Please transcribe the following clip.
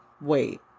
wait